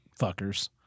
Fuckers